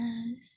Yes